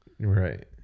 Right